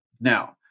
Now